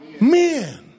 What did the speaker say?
men